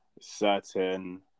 certain